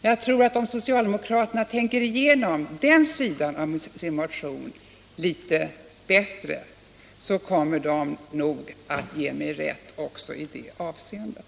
Jag tror att om socialdemokraterna tänker igenom den sidan av sin motion litet bättre, så kommer de nog att ge mig rätt också i det avseendet.